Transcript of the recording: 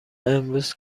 امروز